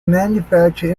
manufacture